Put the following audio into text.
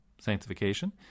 sanctification